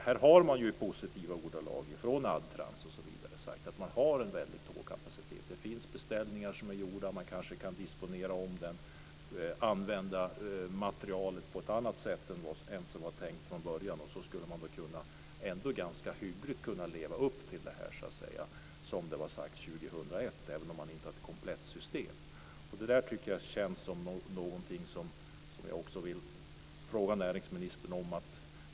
Här finns det positiva ordalag från Adtranz. Det finns en tågkapacitet. Det finns beställningar som kan disponeras om eller materialet kan användas på annat sätt än vad som var tänkt från början. Då går det att hyggligt att leva upp till tidpunkten 2001, även om det inte blir ett komplett system.